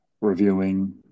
reviewing